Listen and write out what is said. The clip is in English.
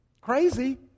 Crazy